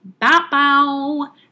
Bow-bow